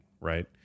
right